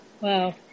Wow